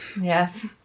Yes